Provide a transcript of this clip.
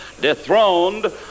dethroned